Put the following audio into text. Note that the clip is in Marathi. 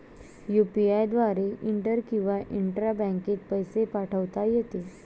यु.पी.आय द्वारे इंटर किंवा इंट्रा बँकेत पैसे पाठवता येते